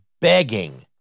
begging